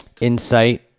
insight